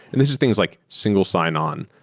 and this are things like single sign-on,